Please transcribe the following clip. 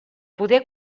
poder